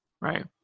Right